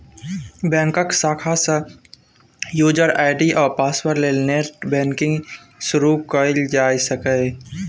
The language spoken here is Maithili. बैंकक शाखा सँ युजर आइ.डी आ पासवर्ड ल नेट बैंकिंग शुरु कयल जा सकैए